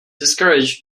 discouraged